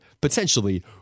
potentially